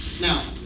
Now